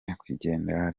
nyakwigendera